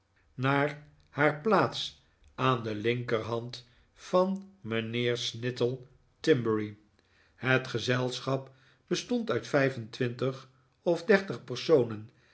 naar haar plaats aan de linkerhand van mijnheer snittle timberry het gezelschap bestond uit vijf en twintig of dertig personen